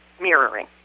mirroring